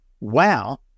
wow